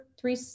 three